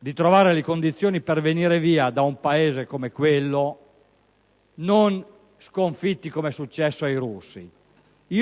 a trovare le condizioni per venire via da un Paese come quello non sconfitti, com'è successo ai russi.